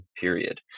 period